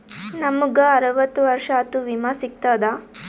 ನಮ್ ಗ ಅರವತ್ತ ವರ್ಷಾತು ವಿಮಾ ಸಿಗ್ತದಾ?